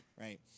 Right